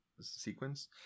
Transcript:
sequence